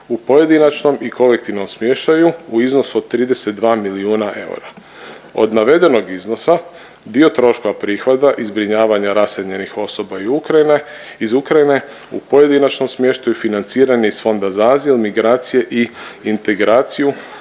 u pojedinačnom i kolektivnom smještaju u iznosu od 32 milijuna eura. Od navedenog iznosa dio troškova prihvata i zbrinjavanja raseljenih osoba iz Ukrajine u pojedinačnom smještaju financirani iz Fonda za azil, migracije i integraciju